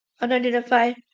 unidentified